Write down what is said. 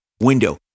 window